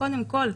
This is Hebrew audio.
קודם כל ההקלה,